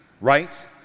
right